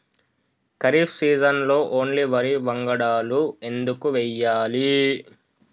ఖరీఫ్ సీజన్లో ఓన్లీ వరి వంగడాలు ఎందుకు వేయాలి?